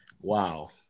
Wow